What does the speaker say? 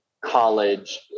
college